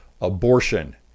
Abortion